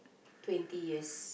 twenty years